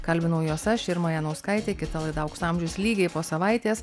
kalbinau juos aš irma janauskaitė kita laida aukso amžius lygiai po savaitės